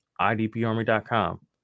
idparmy.com